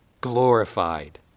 glorified